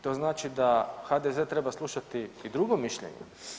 To znači da HDZ-e treba slušati i drugo mišljenje.